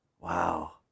wow